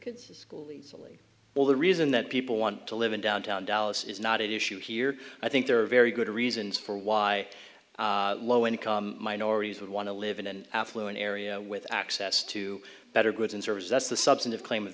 kids to school easily well the reason that people want to live in downtown dallas is not at issue here i think there are very good reasons for why low income minorities would want to live in an affluent area with access to better goods and services that's the substantive claim